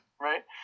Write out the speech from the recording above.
right